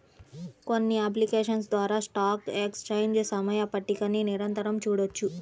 కొన్ని అప్లికేషన్స్ ద్వారా stock exchange సమయ పట్టికని నిరంతరం చూడొచ్చు